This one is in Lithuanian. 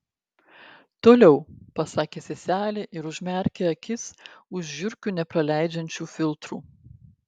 toliau pasakė seselė ir užmerkė akis už žiurkių nepraleidžiančių filtrų